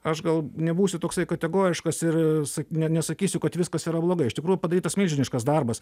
aš gal nebūsiu toksai kategoriškas ir sa ne nesakysiu kad viskas yra blogai iš tikrųjų padarytas milžiniškas darbas